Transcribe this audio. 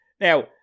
Now